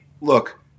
look